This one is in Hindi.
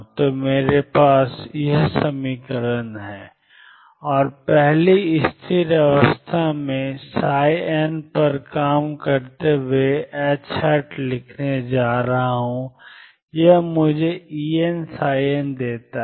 तो मेरे पास iℏ∂ψ∂tH है और पहली स्थिर अवस्था मैं n पर काम करते हुए H लिखने जा रहा हूं और यह मुझे Enn देता है